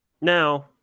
Now